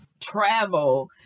travel